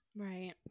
Right